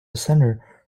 centre